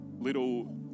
little